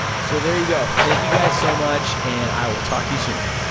so there you go. thank you guys so much, and i will talk to you soon.